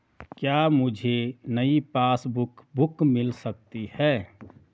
क्या मुझे नयी पासबुक बुक मिल सकती है?